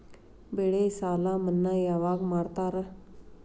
ಬೆಳೆ ಸಾಲ ಮನ್ನಾ ಯಾವಾಗ್ ಮಾಡ್ತಾರಾ?